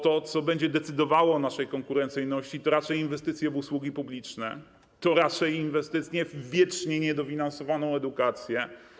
To, co będzie decydowało o naszej konkurencyjności, to raczej inwestycje w usługi publiczne, w naszą wiecznie niedofinansowaną edukację.